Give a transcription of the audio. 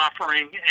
offering